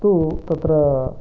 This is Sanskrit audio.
तु तत्र